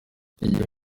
ry’igihugu